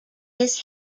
his